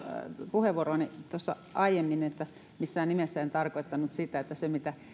puheenvuoroani tuossa aiemmin että missään nimessä en tarkoittanut kannustaa siihen mitä